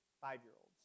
five-year-olds